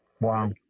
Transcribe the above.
Wow